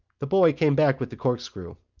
the boy came back with the corkscrew.